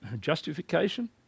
justification